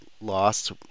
lost